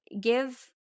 give